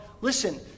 listen